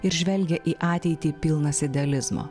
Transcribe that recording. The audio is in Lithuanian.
ir žvelgia į ateitį pilnas idealizmo